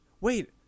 wait